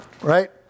right